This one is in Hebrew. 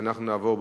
ואנחנו נעבור,